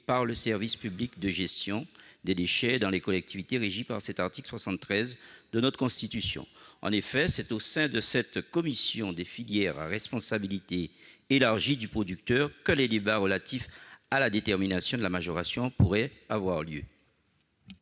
par le service public de gestion des déchets dans les collectivités régies par l'article 73 de la Constitution. En effet, c'est au sein de cette commission des filières à responsabilité élargie du producteur que les débats relatifs à la détermination de la majoration pourraient avoir lieu.